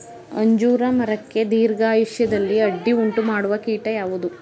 ಅಂಜೂರ ಮರಕ್ಕೆ ದೀರ್ಘಾಯುಷ್ಯದಲ್ಲಿ ಅಡ್ಡಿ ಉಂಟು ಮಾಡುವ ಕೀಟ ಯಾವುದು?